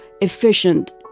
efficient